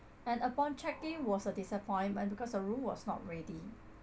and upon check in was a disappointment because the room was not ready